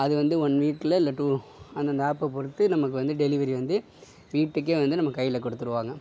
அதுவந்து ஒன் வீக்ல இல்லை டூ அந்தந்த ஆப்பை பொறுத்து நமக்கு வந்து டெலிவரி வந்து வீட்டுக்கே வந்து நம்ம கையில கொடுத்துருவாங்க